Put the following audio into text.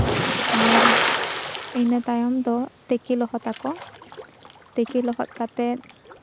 ᱟᱨ ᱤᱱᱟᱹ ᱛᱟᱭᱚᱢ ᱫᱚ ᱛᱮᱠᱮ ᱞᱚᱦᱚᱫᱟᱠᱚ ᱛᱮᱠᱮ ᱞᱚᱦᱚᱫ ᱠᱟᱛᱮ